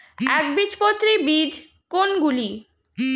একবীজপত্রী বীজ কোন গুলি?